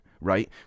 right